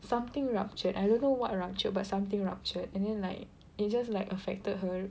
something ruptured I don't know what ruptured but something ruptured and then like it just like affected her